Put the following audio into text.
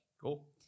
Cool